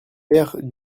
paires